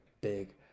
big